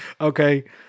Okay